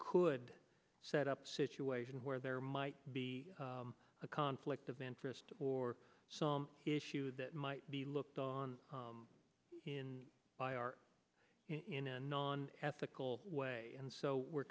could set up a situation where there might be a conflict of interest or some issue that might be looked on in by our in a non ethical way and so we're